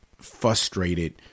frustrated